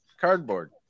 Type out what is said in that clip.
Cardboard